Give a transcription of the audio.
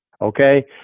Okay